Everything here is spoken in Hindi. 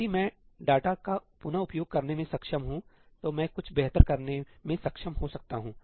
यदि मैं डेटा का पुन उपयोग करने में सक्षम हूं तो मैं कुछ बेहतर करने में सक्षम हो सकता हूं